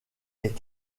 est